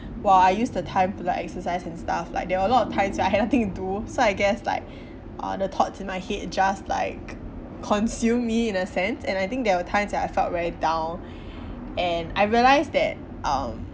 while I used the time to like exercise and stuff like there were a lot of time when I had nothing to do so I guess like uh the thoughts in my head just like consumed me in a sense and I think there were times that I felt very down and I realise that um